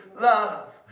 love